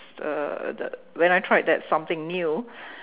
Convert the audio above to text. uh the when I tried that something new